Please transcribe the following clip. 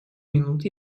минут